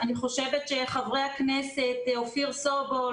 אני חושבת ש חברי הכנסת אופיר סופר,